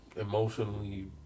emotionally